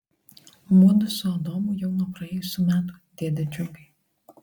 mudu su adomu jau nuo praėjusių metų dėde džiugai